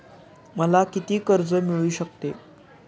मला किती कर्ज मिळू शकते?